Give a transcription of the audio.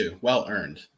Well-earned